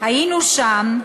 "היינו שם,